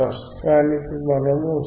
ప్రస్తుతానికి మనము 0